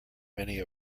many